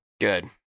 Good